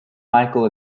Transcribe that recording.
micheal